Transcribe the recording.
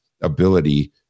ability